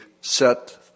set